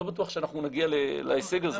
לא בטוח שאנחנו נגיע להישג הזה.